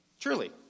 truly